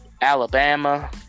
Alabama